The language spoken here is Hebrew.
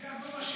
זה הגובה שלי,